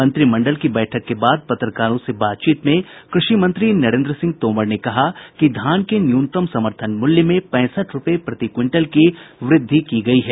मंत्रिमंडल की बैठक के बाद पत्रकारों से बातचीत में कृषि मंत्री नरेंद्र सिंह तोमर ने कहा कि धान के न्यूनतम समर्थन मूल्य में पैंसठ रुपये प्रति क्विंटल की वृद्धि की गई है